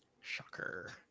Shocker